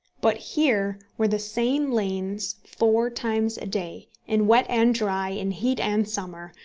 but here were the same lanes four times a-day, in wet and dry, in heat and summer,